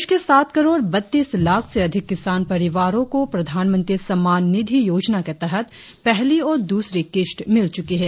देश के सात करोड़ बत्तीस लाख से अधिक किसान परिवारों को प्रधानमंत्री सम्मान निधि योजना के तहत पहली और दूसरी किस्त मिल चुकी है